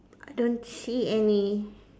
I don't see any